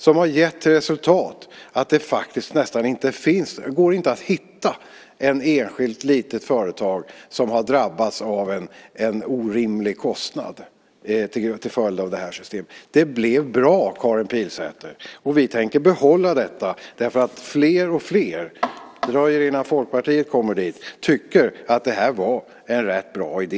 Det har gett resultatet att det inte går att hitta ett enskilt litet företag som har drabbats av en orimlig kostnad till följd av systemet. Det blev bra, Karin Pilsäter. Vi tänker behålla detta. Fler och fler - det dröjer innan Folkpartiet kommer dit - tycker att det var en rätt bra idé.